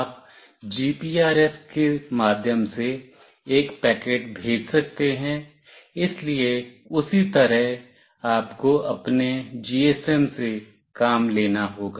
आप GPRS के माध्यम से एक पैकेट भेज सकते हैं इसलिए उसी तरह आपको अपने GSM से काम लेना होगा